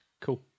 cool